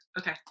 okay